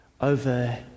over